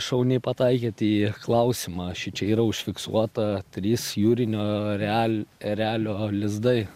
šauniai pataikėt į klausimą šičia yra užfiksuota trys jūrinio erel erelio lizdai